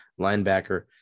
linebacker